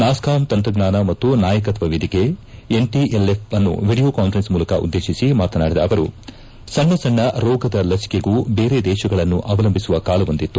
NASSCOM ತಂತ್ರಜ್ಞಾನ ಮತ್ತು ನಾಯಕಕ್ಷ ವೇದಿಕೆ ಎನ್ಟಎಲ್ಎಫ್ ಅನ್ನು ಎಡಿಯೋ ಕಾನ್ಸರೆನ್ಸ ಮೂಲಕ ಉದ್ದೇತಿಸಿ ಮಾತನಾಡಿದ ಅವರು ಸಣ್ಣ ಸಣ್ಣ ರೋಗದ ಲಸಿಕೆಗೂ ಬೇರೆ ದೇಶಗಳನ್ನು ಅವಲಂಬಿಸುವ ಕಾಲವೊಂದಿತ್ತು